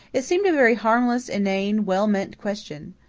it seemed a very harmless, inane, well-meant question.